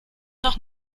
noch